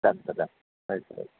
done sir done right sir right sir